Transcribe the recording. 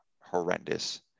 horrendous